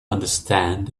understand